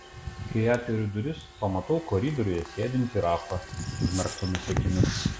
kai atveriu duris pamatau koridoriuje sėdintį rafą užmerktomis akimis